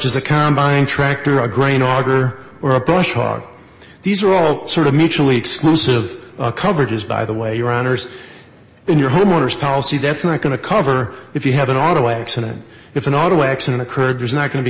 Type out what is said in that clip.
as a combine tractor a grain auger or a brush are these are all sort of mutually exclusive coverage is by the way your honour's in your homeowner's policy that's not going to cover if you had an auto accident if an auto accident occurred there's not going to be